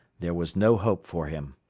there was no hope for him.